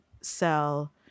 sell